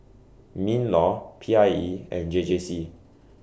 MINLAW P I E and J J C